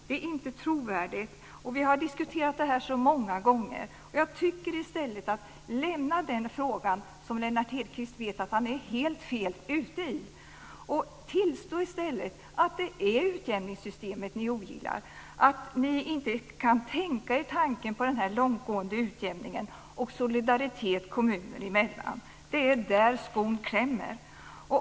Det är inte trovärdigt. Vi har diskuterat det många gånger. Lämna den frågan - där Lennart Hedquist vet att han är helt fel ute - och tillstå i stället att det är utjämningssystemet ni ogillar. Ni kan inte tänka er tanken på en långtgående utjämning och solidaritet kommuner emellan. Det är där skon klämmer.